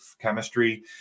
chemistry